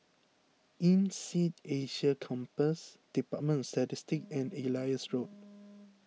Insead Asia Campus Department Statistics and Elias Road